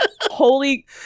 Holy